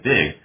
Big